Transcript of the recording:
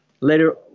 later